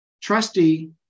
trustee